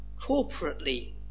corporately